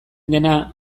dena